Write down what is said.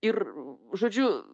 ir žodžiu